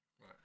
right